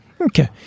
Okay